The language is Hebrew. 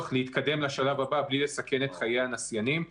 להתקדם לשלב הבא בלי לסכן את חיי הנסיינים,